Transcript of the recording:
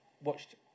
watched